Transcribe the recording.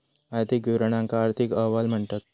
आर्थिक विवरणांका आर्थिक अहवाल म्हणतत